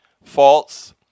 False